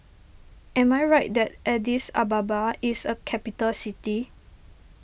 am I right that Addis Ababa is a capital city